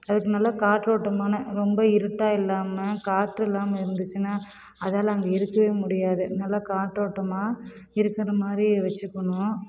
அதுக்கு நல்லா காற்றோட்டமான ரொம்ப இருட்டாக இல்லாமல் காற்று இல்லாமல் இருந்துச்சுன்னா அதால் அங்கே இருக்கவே முடியாது நல்லா காற்றோட்டமாக இருக்கிற மாதிரி வெச்சுக்கணும்